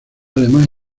además